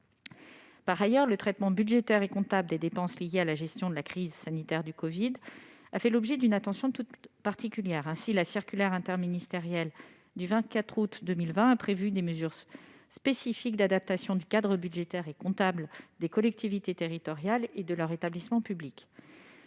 Par ailleurs, le traitement budgétaire et comptable des dépenses liées à la gestion de la crise sanitaire du covid-19 a fait l'objet d'une attention toute particulière. Ainsi, la circulaire interministérielle du 24 août 2020 a prévu des mesures spécifiques d'adaptation du cadre budgétaire et comptable des collectivités territoriales et de leurs établissements publics.